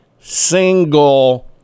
single